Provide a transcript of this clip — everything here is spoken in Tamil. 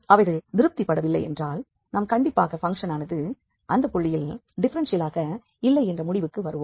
அவைகள் திருப்திபடவில்லையென்றால் நாம் கண்டிப்பாக பங்க்ஷனானது அந்த புள்ளியில் டிஃப்ஃபெரென்ஷியபிலாக இல்லை என்ற முடிவுக்கு வருவோம்